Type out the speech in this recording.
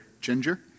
Ginger